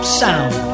sound